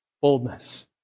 Boldness